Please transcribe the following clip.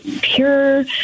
pure